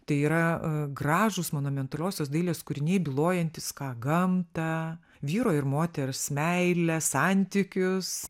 tai yra gražūs monumentaliosios dailės kūriniai bylojantys ką gamtą vyro ir moters meilės santykius